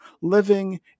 living